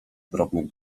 drobnych